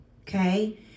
Okay